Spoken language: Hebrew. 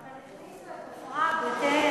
אבל הכניסו את עופרה, בית-אל.